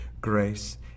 grace